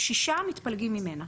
השישה מתפלגים ממנה.